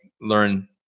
learn